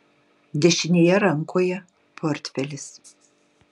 dešinėje rankoje portfelis